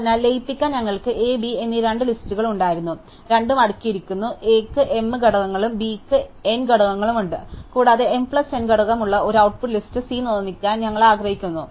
അതിനാൽ ലയിപ്പിക്കാൻ ഞങ്ങൾക്ക് A B എന്നീ രണ്ട് ലിസ്റ്റുകൾ ഉണ്ടായിരുന്നു രണ്ടും അടുക്കിയിരിക്കുന്നു A ന് m ഘടകങ്ങളും B ന് n ഘടകങ്ങളുമുണ്ട് കൂടാതെ m പ്ലസ് n ഘടകം ഉള്ള ഒരു ഔട്ട്പുട്ട് ലിസ്റ്റ് C നിർമ്മിക്കാൻ ഞങ്ങൾ ആഗ്രഹിക്കുന്നു